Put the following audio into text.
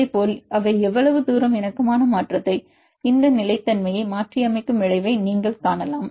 அதேபோல் அவை எவ்வளவு தூரம் இணக்கமான மாற்றத்தை இந்த நிலைத்தன்மையை மாற்றியமைக்கும் விளைவை நீங்கள் காணலாம்